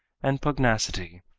and pugnacity.